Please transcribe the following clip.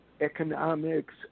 economics